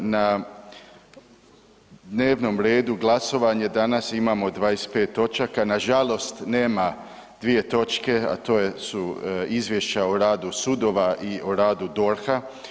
Na dnevnom redu glasovanje danas imamo 25 točaka, nažalost nema 2 točke, a to su izvješća o radu sudova i o radu DORH-a.